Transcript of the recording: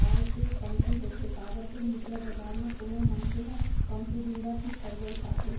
पाय के कमती होथे काबर के मुद्रा बजार म कोनो मनसे ह कमती दिन बर ही करजा उठाथे